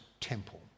temple